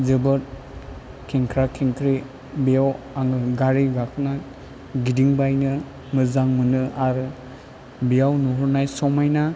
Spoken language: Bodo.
जोबोर खेंख्रा खेंख्रि बेयाव आङो गारि गाखोनो गिदिं बायनो मोजां मोनो आरो बेयाव नुहरनाय समाइना